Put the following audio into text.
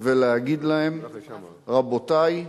ולהגיד להם: רבותי,